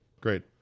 Great